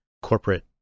corporate